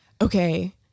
okay